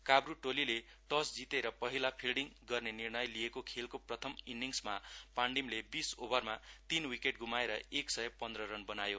कान्न टोलीले टस जितेर पहिला फिल्डिङ गर्ने निर्णय लिएको खेलको प्रथम इन्निङमा पाण्डीमले बीस ओभरमा तीन विकेट गुमाएर एक सय पन्ध्र रन बनायो